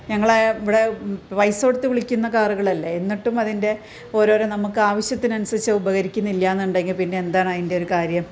ഞങ്ങൾ ഇവിടെ പൈസ കൊടുത്തു വിളിക്കുന്ന കാറുകളല്ലേ എന്നിട്ടും അതിന്റെ ഓരോരോ നമുക്കാവശ്യത്തിനനുസരിച്ച് ഉപകരിക്കുന്നില്ലാന്നുണ്ടെങ്കിൽ പിന്നെന്താണ് അതിന്റെ ഒരു കാര്യം